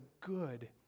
good